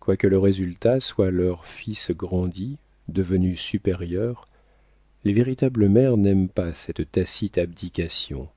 quoique le résultat soit leur fils grandi devenu supérieur les véritables mères n'aiment pas cette tacite abdication